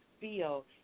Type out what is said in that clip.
feel